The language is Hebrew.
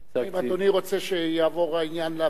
אם אדוני רוצה שיעבור העניין לוועדה,